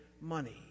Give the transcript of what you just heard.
money